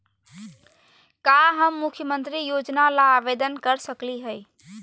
का हम मुख्यमंत्री योजना ला आवेदन कर सकली हई?